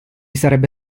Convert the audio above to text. sarebbe